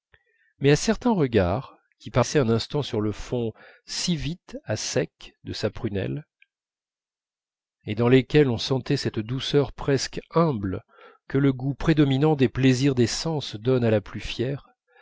mais à certains regards qui passaient un instant sur le fond si vite à sec de sa prunelle et dans lesquels on sentait cette douceur presque humble que le goût prédominant des plaisirs des sens donne à la plus fière